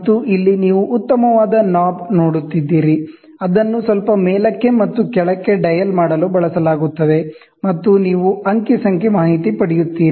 ಮತ್ತು ಇಲ್ಲಿ ನೀವು ಉತ್ತಮವಾದ ನಾಬ್ ನೋಡುತ್ತಿದ್ದೀರಿ ಅದನ್ನು ಸ್ವಲ್ಪ ಮೇಲಕ್ಕೆ ಮತ್ತು ಕೆಳಕ್ಕೆ ಡಯಲ್ ಮಾಡಲು ಬಳಸಲಾಗುತ್ತದೆ ಮತ್ತು ನೀವು ಅಂಕಿ ಸಂಖ್ಯೆ ಮಾಹಿತಿ ಪಡೆಯುತ್ತೀರಿ